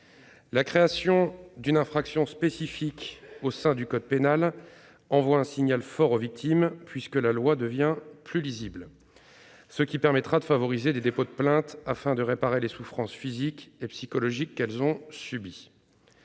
La création d'une infraction spécifique au sein du code pénal envoie un signal fort aux victimes puisque la loi devient plus lisible, ce qui permettra de favoriser les dépôts de plainte afin de réparer les souffrances physiques et psychologiques qu'elles ont subies.